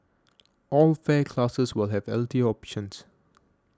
all fare classes will have healthier options